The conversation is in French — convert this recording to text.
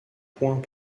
point